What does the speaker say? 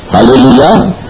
Hallelujah